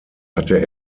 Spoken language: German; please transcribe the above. hatte